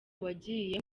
wagiye